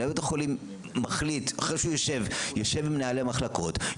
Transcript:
מנהל בית החולים אחרי שהוא יושב עם מנהלי מחלקות,